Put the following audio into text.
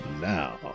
now